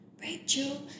Rachel